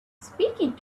speaking